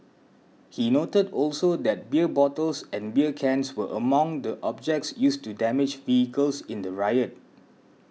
he noted also that beer bottles and beer cans were among the objects used to damage vehicles in the riot